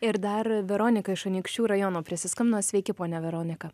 ir dar veronika iš anykščių rajono prisiskambino sveiki ponia veronika